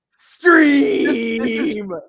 stream